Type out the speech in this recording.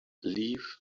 leave